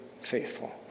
faithful